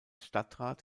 stadtrat